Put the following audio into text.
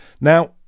Now